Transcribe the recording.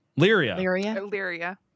Lyria